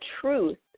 truth